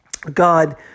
God